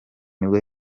nibwo